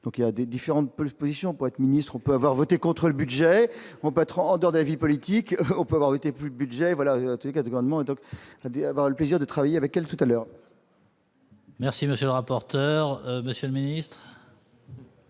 donc il y a des différentes pole-position pour être ministre, on peut avoir voté contre le budget on peut être en dehors d'avis politique, on peut avoir été plus budget voilà en tout cas de maman et la D avoir le plaisir de travailler avec elle, tout à l'heure. Merci, monsieur le rapporteur, monsieur le ministre.